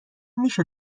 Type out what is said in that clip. میشه